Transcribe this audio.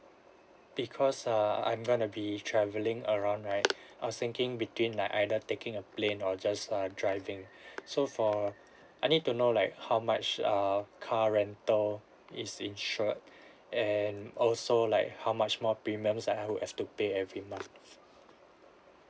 because err I'm going to be travelling around right I was thinking between like either taking a plane or just err driving so for I need to know like how much err car rental is insured and also like how much more premium I would have to pay every month